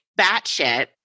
batshit